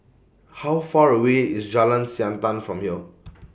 How Far away IS Jalan Siantan from here